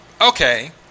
okay